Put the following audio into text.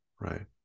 right